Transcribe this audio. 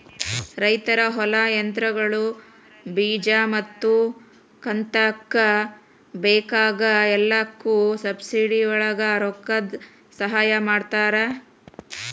ರೈತರ ಹೊಲಾ, ಯಂತ್ರಗಳು, ಬೇಜಾ ಮತ್ತ ಕಂತಕ್ಕ ಬೇಕಾಗ ಎಲ್ಲಾಕು ಸಬ್ಸಿಡಿವಳಗ ರೊಕ್ಕದ ಸಹಾಯ ಮಾಡತಾರ